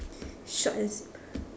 short and simp~